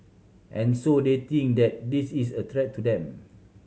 and so they think that this is a threat to them